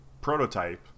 prototype